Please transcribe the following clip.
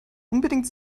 unbedingt